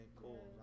cool